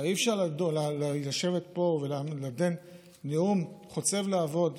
אי-אפשר לשבת פה ולתת נאום חוצב להבות,